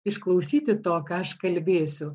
išklausyti to ką aš kalbėsiu